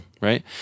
Right